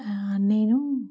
నేను